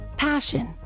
Passion